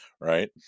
right